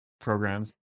programs